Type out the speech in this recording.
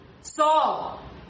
Saul